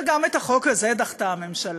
וגם את החוק הזה דחתה הממשלה.